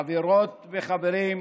חברות וחברים,